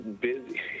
busy